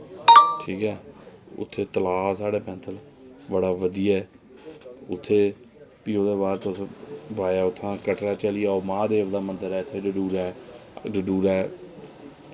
ठीक ऐ उत्थें तलाऽ इक्क साढ़े पैंथल बड़ा बधिया ऐ उत्थै भी ओह्दे बाद तुस बाया कटरा चली जाओ महादेव दा मंदर ऐ उत्थै डडूरै डडूरै